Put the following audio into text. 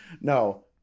No